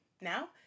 Now